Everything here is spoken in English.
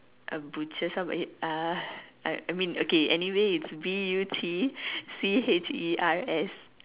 a butcher's how about it ah I I mean okay anyway it's B U T C H E R S